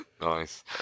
Nice